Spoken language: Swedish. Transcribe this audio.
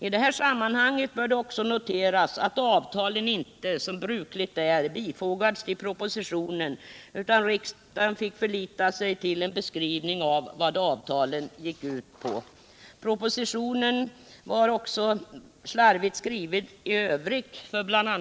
I det här sammanhanget bör det också noteras att avtalen inte, som brukligt är, bifogades propositionen, utan riksdagen fick förlita sig på en beskrivning av vad avtalen gick ut på. Propositionen var också slarvigt skriven i övrigt. Bl.